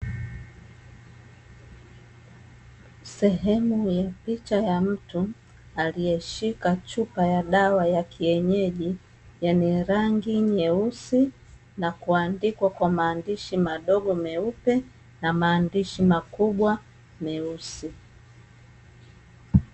Sehemu ya picha ya mtu aliyeshika chupa ya dawa ya kienyeji, yenye rangi nyeusi na kuandikwa kwa maandishi madogo meupe na maandishi makubwa meusi.